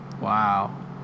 wow